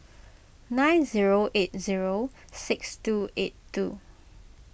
nine zero eight zero six two eight two